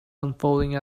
unfolding